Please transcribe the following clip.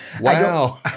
wow